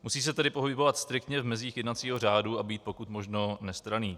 Musí se tedy pohybovat striktně v mezích jednacího řádu a být pokud možno nestranný.